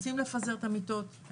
רוצים לפזר את המיטות,